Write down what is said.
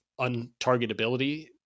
untargetability